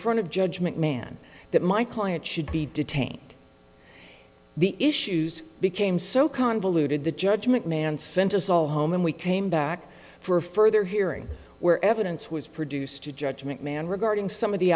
front of judgment man that my client should be detained the issues became so convoluted the judgment man sent us all home and we came back for further hearing where evidence was produced to judge mcmahon regarding some of the